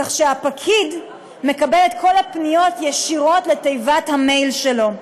כך שהפקיד מקבל את כל הפניות ישירות לתיבת המייל שלו.